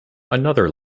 another